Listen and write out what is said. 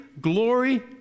glory